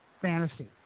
fantasy